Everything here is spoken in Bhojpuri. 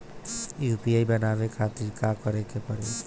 यू.पी.आई बनावे के खातिर का करे के पड़ी?